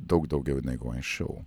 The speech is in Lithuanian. daug daugiau negu anksčiau